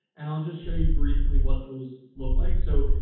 and i'll just show you briefly what those look like. so,